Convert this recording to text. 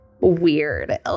weird